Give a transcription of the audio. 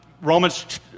Romans